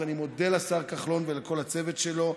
אז אני מודה לשר כחלון ולכל הצוות שלו.